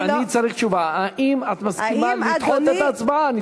אני צריך תשובה, האם את מסכימה לדחות את ההצבעה?